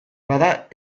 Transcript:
bada